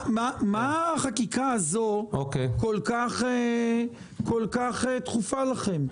מה החקיקה הזו כל כך דחופה לכם?